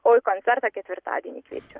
o į koncertą ketvirtadienį kviečiu